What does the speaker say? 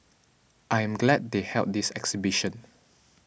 I am glad they held this exhibition